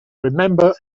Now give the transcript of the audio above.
remember